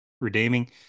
redeeming